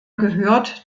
gehört